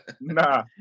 Nah